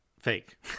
fake